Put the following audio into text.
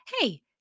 hey